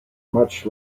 much